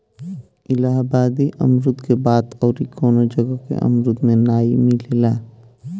इलाहाबादी अमरुद के बात अउरी कवनो जगह के अमरुद में नाइ मिलेला